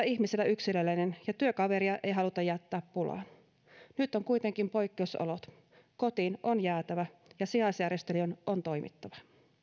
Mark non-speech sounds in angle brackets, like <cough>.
<unintelligible> ihmisillä yksilöllinen ja työkaveria ei haluta jättää pulaan nyt on kuitenkin poikkeusolot kotiin on jäätävä ja sijaisjärjestelyjen on toimittava